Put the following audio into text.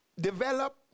Develop